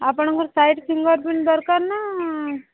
ଆପଣଙ୍କର side finger print ଦରକାର ନା